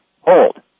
Hold